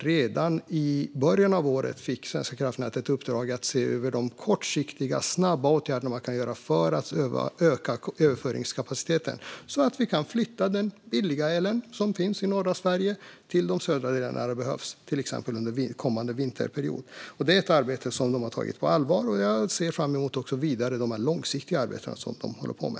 Redan i början av året fick Svenska kraftnät ett uppdrag att se över de kortsiktiga och snabba åtgärder man kan göra för att öka överföringskapaciteten, så att vi kan flytta den billiga el som finns i norra Sverige till de södra delarna när det behövs, till exempel under kommande vinterperiod. Det är ett arbete som de har tagit på allvar. Jag ser också fram emot de långsiktiga arbeten som de håller på med.